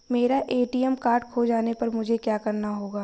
मेरा ATM card खो जाने पर मुझे क्या करना होगा?